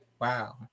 wow